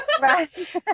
Right